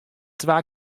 twa